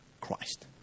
Christ